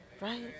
right